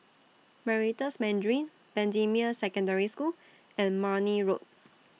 Meritus Mandarin Bendemeer Secondary School and Marne Road